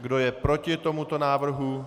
Kdo je proti tomuto návrhu?